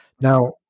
Now